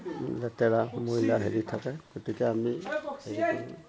লেতেৰা ময়লা হেৰি থাকে গতিকে আমি হেৰি কৰোঁ